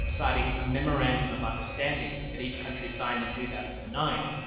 citing a memorandum of understanding that each country signed in two thousand and nine,